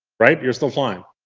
right? you're still flying?